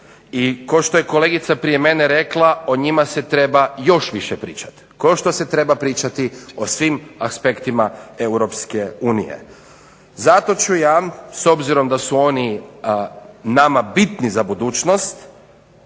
I kao što je kolegica prije mene rekla o njima se treba još više pričati kao što se treba pričati o svim aspektima EU. Zato ću ja s obzirom da su oni nama bitni za budućnost